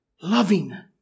loving